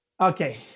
okay